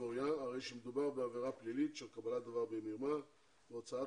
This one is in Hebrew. הרי שמדובר בעבירה פלילית של קבלת דבר במרמה והוצאת